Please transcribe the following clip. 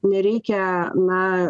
nereikia na